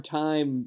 time